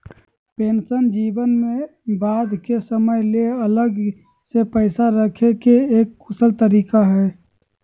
pension जीवन में बाद के समय ले अलग से पैसा रखे के एक कुशल तरीका हय